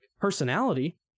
personality